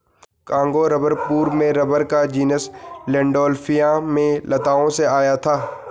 Congo rubber पूर्व में rubber का जीनस लैंडोल्फिया में लताओं से आया था